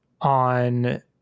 on